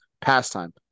pastime